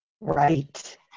Right